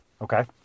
Okay